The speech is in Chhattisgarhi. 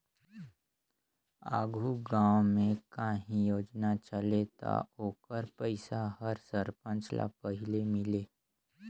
आघु गाँव में काहीं योजना चले ता ओकर पइसा हर सरपंच ल पहिले मिले